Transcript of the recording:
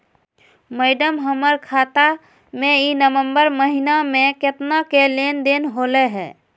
madam, हमर खाता में ई नवंबर महीनमा में केतना के लेन देन होले है